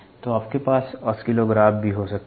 तो आपके पास ऑसिलोग्राफ भी हो सकते हैं